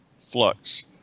flux